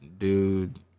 Dude